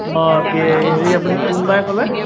অঁ আপুনি কোন বাৰে ক'লে